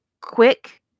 quick